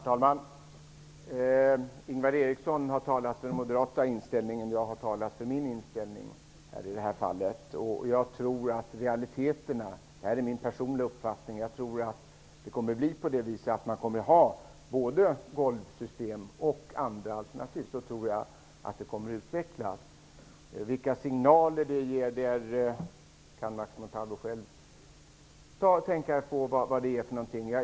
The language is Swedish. Herr talman! Ingvar Eriksson har talat för den moderata inställningen, och jag har talat för min inställning i det här fallet. Min personliga uppfattning är att i realiteten kommer det att finnas både golvsystem och andra alternativ. Max Montalvo kan själv tänka sig vilka signaler som ges.